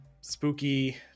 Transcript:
spooky